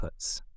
inputs